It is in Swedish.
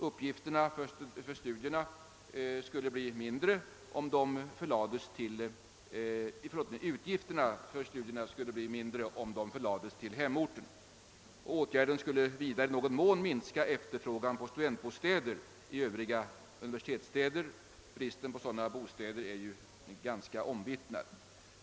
Studieutgifterna skulle bli mindre om studierna förlades till hemorten, och åtgärden skulle vidare i någon mån minska efterfrågan på studentbostäder i övriga universitetsstäder. Bristen på sådana bostäder är ju allmänt omvittnad.